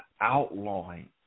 outlawing